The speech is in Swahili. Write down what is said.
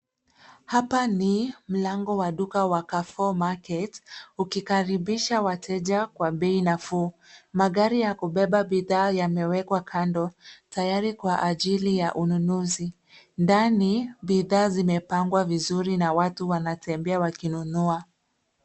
Hapa ni mlango wa duka wa Carrefour Market, ukikaribisha wateja kwa bei nafuu. Magari ya kubeba bidhaa yamewekwa kando, tayari kwa ajili ya ununuzi. Ndani, bidhaa zimepangwa vizuri na watu wanatembea wakinunua.